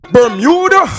Bermuda